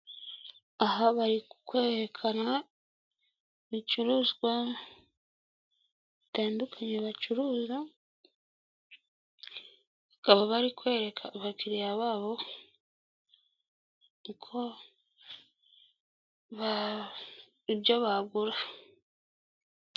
Aha bari kwerekana ibicuruzwa bitandukanye bacuruza bakaba bari kwereka abakiriya babo ibyo bagura.